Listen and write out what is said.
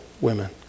women